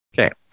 Okay